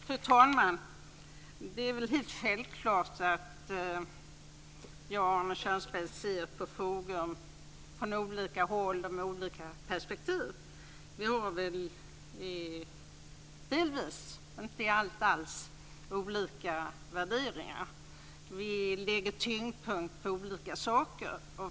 Fru talman! Det är väl helt självklart att jag och Arne Kjörnsberg ser på frågor från olika håll och med olika perspektiv. Vi har väl delvis, inte alls i allt, olika värderingar. Vi lägger tyngdpunkt på olika saker.